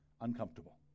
uncomfortable